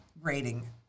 rating